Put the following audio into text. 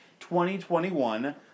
2021